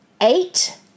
eight